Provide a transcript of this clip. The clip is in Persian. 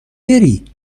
بری